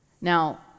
now